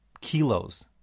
kilos